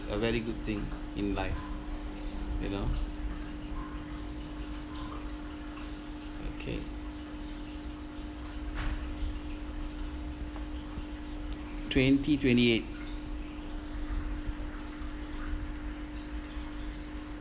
a very good thing in life you know okay twenty twenty-eight